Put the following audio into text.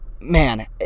man